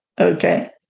Okay